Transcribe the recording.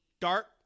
dark